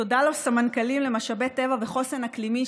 תודה לסמנכ"לים למשאבי טבע וחוסן אקלימי,